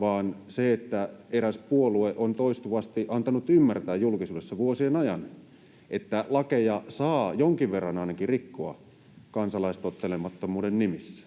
vaan se, että eräs puolue on toistuvasti antanut ymmärtää julkisuudessa vuosien ajan, että lakeja saa ainakin jonkin verran rikkoa kansalaistottelemattomuuden nimissä.